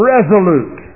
Resolute